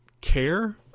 care